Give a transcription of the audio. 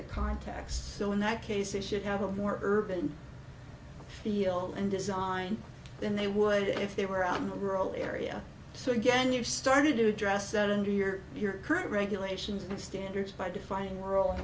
the context so in that case it should have a more urban feel and design than they would if they were out in the rural area so again you started to address that under your current regulations and standards by defining rural